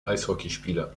eishockeyspieler